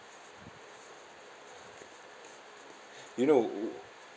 you know